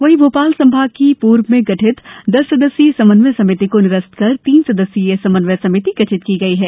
वहीं भोपाल संभाग की पूर्व में गठित दस सदस्यीय समन्वय समिति को निरस्त कर तीन सदस्यीय समन्वय समित गठित की गयी है